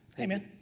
hey, man.